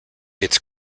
its